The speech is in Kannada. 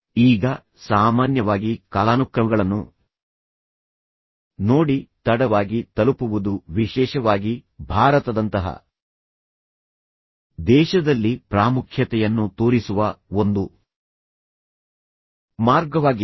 ಈಗ ಸಾಮಾನ್ಯವಾಗಿ ಕಾಲಾನುಕ್ರಮಗಳನ್ನು ನೋಡಿ ತಡವಾಗಿ ತಲುಪುವುದು ವಿಶೇಷವಾಗಿ ಭಾರತದಂತಹ ದೇಶದಲ್ಲಿ ಪ್ರಾಮುಖ್ಯತೆಯನ್ನು ತೋರಿಸುವ ಒಂದು ಮಾರ್ಗವಾಗಿದೆ